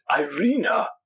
Irina